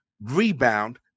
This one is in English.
rebound